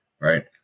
right